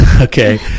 okay